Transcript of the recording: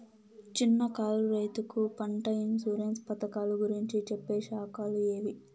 చిన్న కారు రైతుకు పంట ఇన్సూరెన్సు పథకాలు గురించి చెప్పే శాఖలు ఏవి?